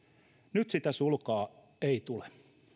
nyt sitä sulkaa ei tule